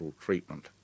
treatment